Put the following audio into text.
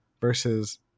versus